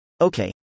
Okay